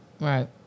Right